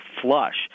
flush